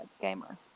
gamer